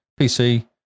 PC